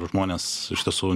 žmones iš tiesų